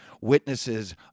witnesses